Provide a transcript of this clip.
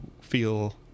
feel